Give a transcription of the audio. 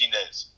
days